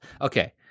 Okay